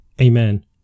Amen